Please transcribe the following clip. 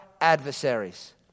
adversaries